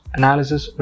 analysis